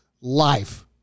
life